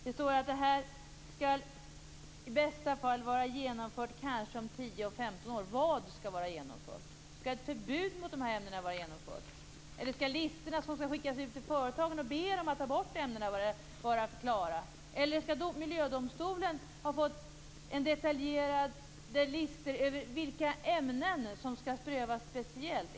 Det står också att detta i bästa fall skall vara genomfört om kanske 10-15 år. Vad skall vara genomfört? Skall ett förbud mot de här ämnena vara genomfört? Eller är det de listor som skall skickas ut till företagen och där man ber företagen ta bort ämnena som skall vara klara? Eller skall miljödomstolen ha fått detaljerade listor över de ämnen som skall prövas speciellt?